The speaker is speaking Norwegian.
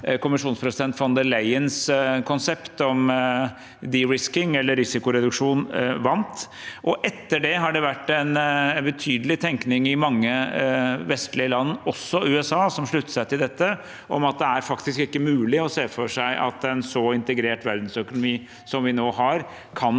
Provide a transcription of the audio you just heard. kommisjonspresident von der Leyens konsept om «de-risking», eller risikoreduksjon, vant. Etter det har det vært en betydelig tenkning i mange vestlige land, også i USA, som sluttet seg til dette, om at det faktisk ikke er mulig å se for seg at en så integrert verdensøkonomi som vi nå har, kan deles i to om igjen, slik